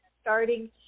starting